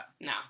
No